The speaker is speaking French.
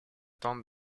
tente